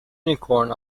unicorn